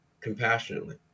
compassionately